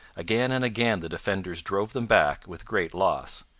again and again the defenders drove them back with great loss.